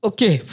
Okay